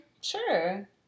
Sure